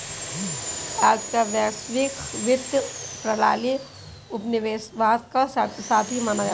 आज का वैश्विक वित्तीय प्रणाली उपनिवेशवाद का साथी माना जाता है